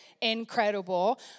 incredible